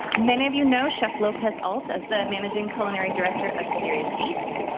many of you know chef lopez-alt as the managing culinary director of serious eats,